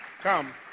come